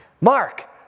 Mark